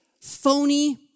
phony